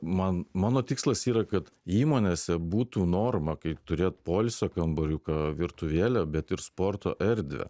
man mano tikslas yra kad įmonėse būtų norma kaip turėt poilsio kambariuką virtuvėlę bet ir sporto erdvę